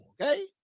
okay